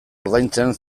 ordaintzen